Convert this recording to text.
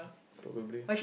probably